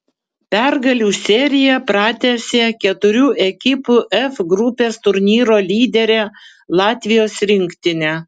pergalių seriją pratęsė keturių ekipų f grupės turnyro lyderė latvijos rinktinė